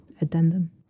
addendum